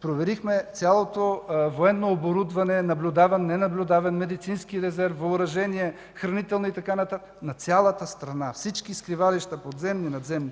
Проверихме цялото военно оборудване, наблюдаван – ненаблюдаван, медицински резерв, въоръжение, хранителни и така нататък – на цялата страна, всички скривалища – подземни и надземни;